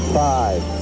five